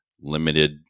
limited